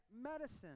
medicine